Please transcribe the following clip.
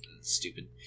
stupid